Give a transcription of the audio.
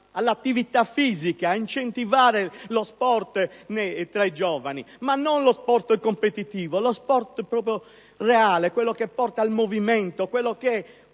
l'attività fisica e lo sport tra i giovani; ma non lo sport competitivo: lo sport amatoriale, quello che porta al movimento, quello che